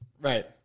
right